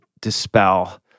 dispel